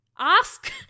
ask